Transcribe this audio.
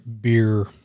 beer